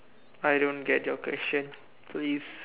I don't get your question please